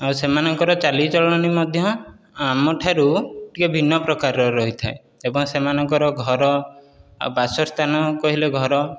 ଆଉ ସେମାନଙ୍କର ଚାଲିଚଳଣୀ ମଧ୍ୟ ଆମ ଠାରୁ ଟିକେ ଭିନ୍ନ ପ୍ରକାର ରହିଥାଏ ଏବଂ ସେମାନଙ୍କର ଘର ଆଉ ବାସ ସ୍ଥାନ କହିଲେ ଘର